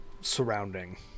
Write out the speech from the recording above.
surrounding